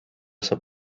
saab